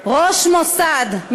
ראש מוסד,